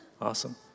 Awesome